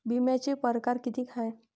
बिम्याचे परकार कितीक हाय?